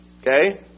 okay